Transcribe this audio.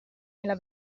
nella